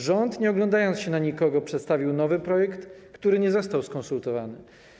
Rząd, nie oglądając się na nikogo, przedstawił nowy projekt, który nie został skonsultowany.